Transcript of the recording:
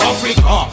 Africa